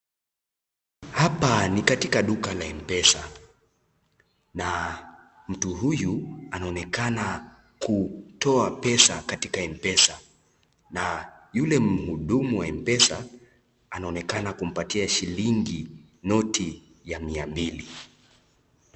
Hapa ni katika duka la mpesa. Na mtu huyu anaonekana kutoa pesa katika mpesa. Na yule mhudumu wa mpesa anaonekana kumpatia shilingi noti ya mia mbili.